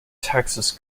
texas